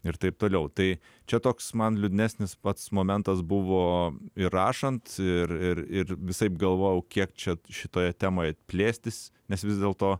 ir taip toliau tai čia toks man liūdnesnis pats momentas buvo ir rašant ir ir ir visaip galvojau kiek čia šitoje temoje plėstis nes vis dėlto